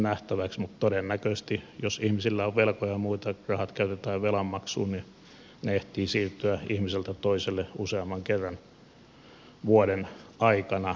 mutta todennäköisesti jos ihmisillä on velkoja ja muita rahat käytetään velanmaksuun ja ne ehtivät siirtyä ihmiseltä toiselle useamman kerran vuoden aikana